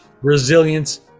resilience